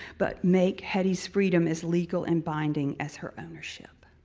but make hetty's freedom as legal and binding as her ownership?